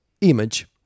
image